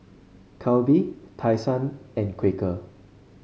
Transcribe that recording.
Calbee Tai Sun and Quaker